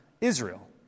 Israel